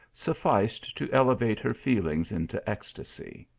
sufficed to elevate her feelings into ecstasy.